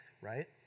right